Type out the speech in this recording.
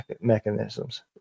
mechanisms